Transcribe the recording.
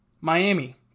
Miami